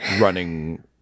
running